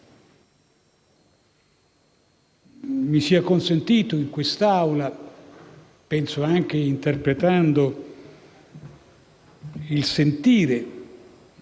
Mi sia consentito in quest'Aula - penso interpretando il sentire